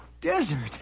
desert